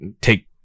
take